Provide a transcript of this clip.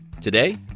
Today